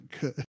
good